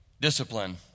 discipline